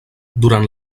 durant